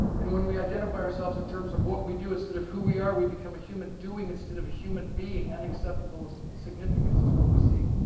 and when we identify ourselves in terms of what we do instead of who we are we become a human doing instead of a human being unacceptable of significance as what we seek.